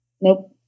Nope